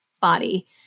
body